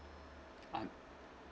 um